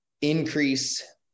increase